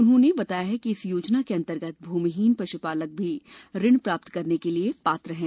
उन्होंने बताया कि इस योजना के अन्तर्गत भूमिहीन पश्पालक भी ऋण प्राप्त करने के लिये पात्र हैं